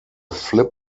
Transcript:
flip